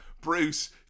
Bruce